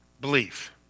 belief